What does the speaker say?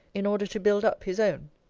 in order to build up his own.